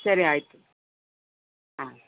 ಸರಿ ಆಯಿತು ಹಾಂ